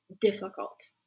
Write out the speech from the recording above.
difficult